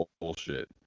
bullshit